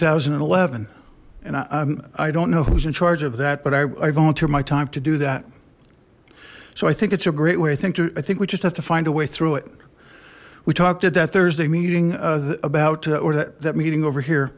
thousand and eleven and i'm i don't know who's in charge of that but i've owned intere my time to do that so i think it's a great way i think i think we just have to find a way through it we talked at that thursday meeting about or that meeting over here